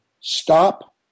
Stop